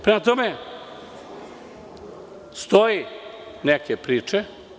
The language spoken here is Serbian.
Prema tome, stoje neke priče.